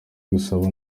gusaba